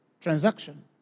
transaction